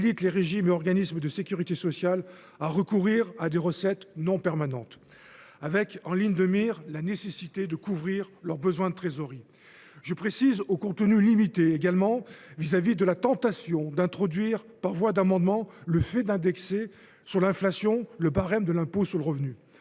à habiliter les régimes et organismes de sécurité sociale à recourir à des recettes non permanentes, avec, en ligne de mire, la nécessité de couvrir leurs besoins de trésorerie. Je répète :« au contenu limité », du fait de la tentation d’introduire par voie d’amendement l’indexation sur l’inflation du barème de l’impôt sur le revenu.